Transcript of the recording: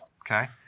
Okay